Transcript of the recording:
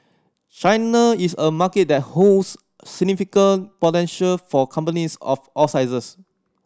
China is a market that holds significant potential for companies of all sizes